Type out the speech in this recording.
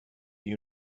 you